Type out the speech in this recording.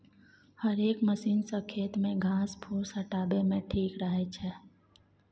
हेरेक मशीन सँ खेत केर घास फुस हटाबे मे ठीक रहै छै